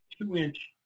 two-inch